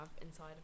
inside